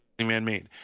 man-made